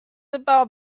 about